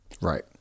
Right